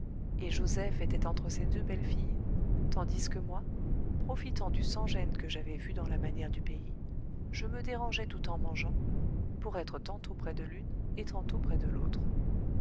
et joseph était entre ces deux belles filles tandis que moi profitant du sans-gêne que j'avais vu dans la manière du pays je me dérangeais tout en mangeant pour être tantôt près de l'une et tantôt près de l'autre